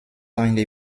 eine